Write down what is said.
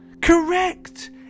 correct